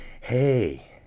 hey